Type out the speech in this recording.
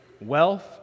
Wealth